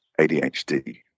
ADHD